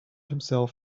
himself